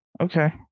Okay